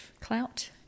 Clout